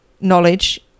knowledge